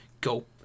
go